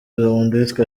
lewandowski